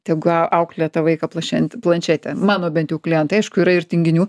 tegu a auklėja tą vaiką plašent planšetė mano bent jau klientai aišku yra ir tinginių